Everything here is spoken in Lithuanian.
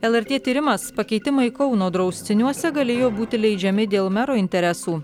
lrt tyrimas pakeitimai kauno draustiniuose galėjo būti leidžiami dėl mero interesų